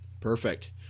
Perfect